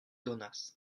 donas